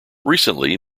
recently